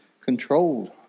controlled